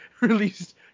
released